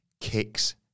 kicks